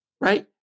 right